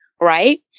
right